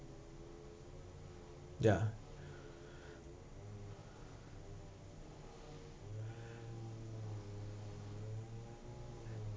ya